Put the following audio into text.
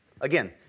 Again